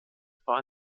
war